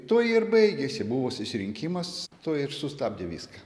tuo ir baigėsi buvo susirinkimas tuo ir sustabdė viską